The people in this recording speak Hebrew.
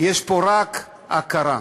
יש פה רק הכרה.